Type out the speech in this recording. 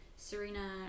Serena